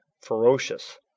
ferocious